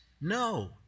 No